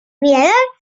mirador